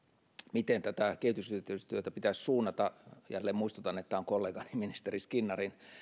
miten kehitysyhteistyötä pitäisi suunnata jälleen muistutan että tämä on kollegani ministeri skinnarin